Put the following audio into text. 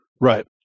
right